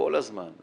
כל הזמן,